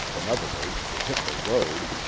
in other words, to hit the road,